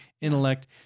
intellect